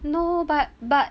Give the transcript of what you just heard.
no but but